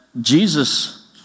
Jesus